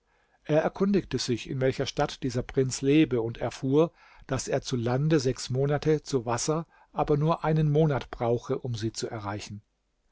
er erkundigte sich in welcher stadt dieser prinz lebe und erfuhr daß er zu lande sechs monate zu wasser aber nur einen monat brauche um sie zu erreichen